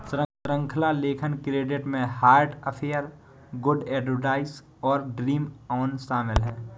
श्रृंखला लेखन क्रेडिट में हार्ट अफेयर, गुड एडवाइस और ड्रीम ऑन शामिल हैं